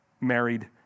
married